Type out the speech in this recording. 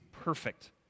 perfect